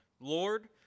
Lord